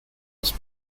ist